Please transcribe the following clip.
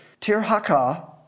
Tirhakah